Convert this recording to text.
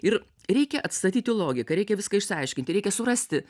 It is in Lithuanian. ir reikia atstatyti logiką reikia viską išsiaiškinti reikia surasti